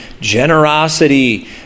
generosity